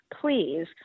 please